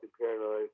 paranoid